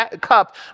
cup